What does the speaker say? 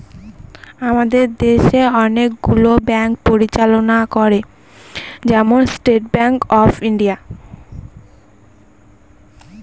আমাদের দেশে অনেকগুলো ব্যাঙ্ক পরিচালনা করে, যেমন স্টেট ব্যাঙ্ক অফ ইন্ডিয়া